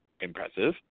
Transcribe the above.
impressive